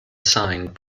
signed